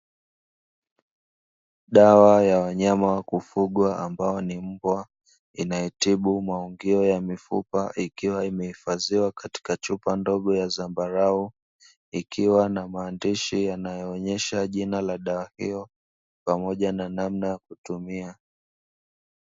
Dawa ya wanyama wa kufugwa ambao ni mbwa inayotibu maungio ya mifupa ikiwa imehifadhiwa katika chupa ndogo ya zambarau, ikiwa na maandishi inayoonyesha jina la dawa hiyo pamoja na namna ya kutumia.